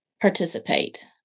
participate